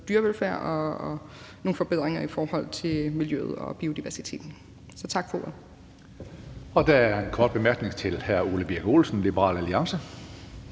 dyrevelfærd og nogle forbedringer i forhold til miljøet og biodiversiteten. Så tak for ordet. Kl. 16:10 Tredje næstformand (Karsten Hønge): Der er en kort bemærkning til hr. Ole Birk Olesen, Liberal Alliance.